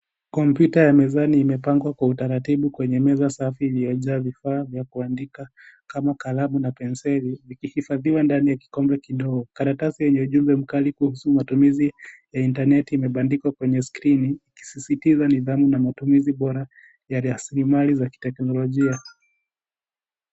Kompyuta ya mezani imepangwa kwa utaratibu kwenye meza safi iliyojaa vifaa vya kuandika kama kalamu na penseli vikihifahiwa ndani ya kikombe kidogo karatasi lenye ujumbe mkali kuhusu matumizi ya intaneti yamepandikwa kwenye skrini yakisisitiza nidhamu na matumizi bora ya rasilimali za kiteknologia.